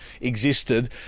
existed